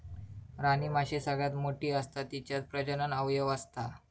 राणीमाशी सगळ्यात मोठी असता तिच्यात प्रजनन अवयव असता